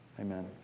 amen